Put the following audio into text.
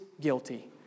guilty